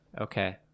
okay